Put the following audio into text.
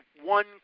one